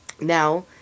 Now